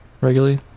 regularly